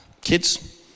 kids